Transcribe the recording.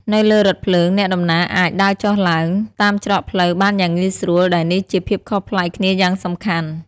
នៅលើរថភ្លើង អ្នកដំណើរអាច ដើរចុះឡើង តាមច្រកផ្លូវបានយ៉ាងងាយស្រួល ដែលនេះជាភាពខុសប្លែកគ្នាយ៉ាងសំខាន់។